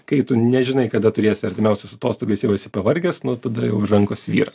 kai tu nežinai kada turėsi artimiausias atostogas jau esi pavargęs nu tada jau rankos svyra